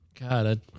God